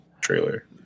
trailer